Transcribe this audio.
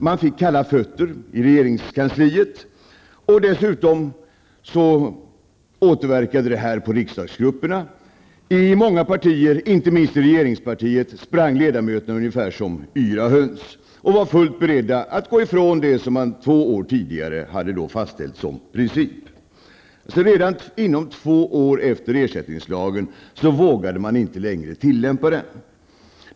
Man fick kalla fötter i regeringskansliet. Dessutom återverkade detta på riksdagsgrupperna. I många partier, inte minst i regeringspartiet, sprang ledamöterna ungefär som yra höns och var fullt beredda att gå ifrån det som man två år tidigare hade fastställt som princip. Redan inom två år efter antagandet av ersättningslagen vågade man inte längre tillämpa den.